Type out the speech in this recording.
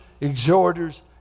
exhorters